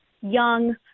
young